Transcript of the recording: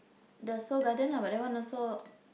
the Seoul-Garden lah but that one also